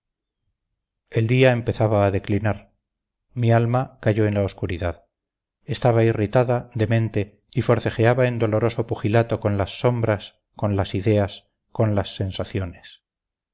el día empezaba a declinar mi alma cayó en la oscuridad estaba irritada demente y forcejeaba en doloroso pugilato con las sombras con las ideas con las sensaciones